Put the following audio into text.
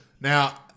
Now –